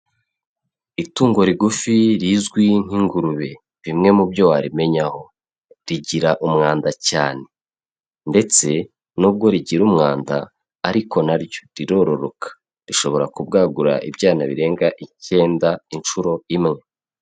Itungo rigufi rizwi nk'ingurube, bimwe mu byo warimenyaho: rigira umwanda cyane ndetse nubwo rigira umwanda ariko na ryo rirororoka, rishobora kubwagura ibyana birenga icyenda inshuro imwe.